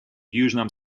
южном